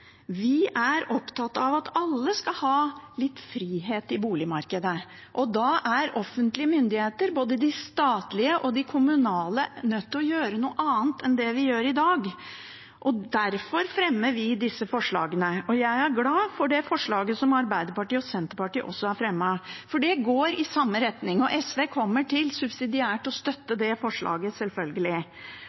Vi er opptatt av at alle skal ha litt frihet i boligmarkedet, og da er offentlige myndigheter, både de statlige og de kommunale, nødt til å gjøre noe annet enn i dag. Derfor fremmer vi disse forslagene. Jeg er også glad for det forslaget som Arbeiderpartiet og Senterpartiet har fremmet, for det går i samme retning. SV kommer sjølsagt til å støtte det forslaget